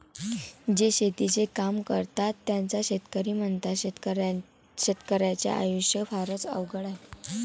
जे शेतीचे काम करतात त्यांना शेतकरी म्हणतात, शेतकर्याच्या आयुष्य फारच अवघड आहे